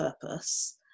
purpose